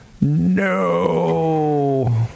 No